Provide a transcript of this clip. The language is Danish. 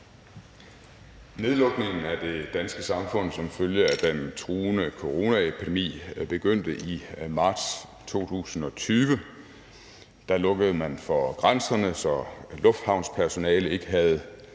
Nedlukningen af det danske samfund som følge af den truende coronaepidemi begyndte i marts 2020. Da lukkede man for grænserne, så lufthavnspersonalet ikke havde